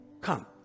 come